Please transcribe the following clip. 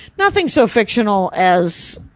nothing so fictional as,